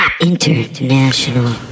International